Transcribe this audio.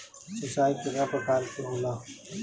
सिंचाई केतना प्रकार के होला?